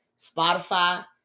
spotify